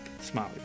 Smiley